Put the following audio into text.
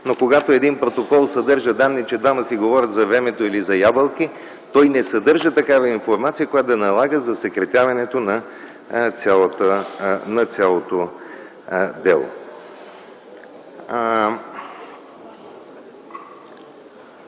но когато един протокол съдържа данни, че двама си говорят за времето или за ябълки, той не съдържа такава информация, която да налага засекретяването на цялото дело.